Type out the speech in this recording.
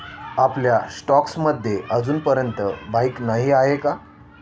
आपल्या स्टॉक्स मध्ये अजूनपर्यंत बाईक नाही आहे का?